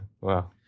wow